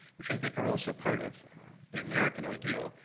which i think are also part of the american ideal,